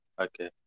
okay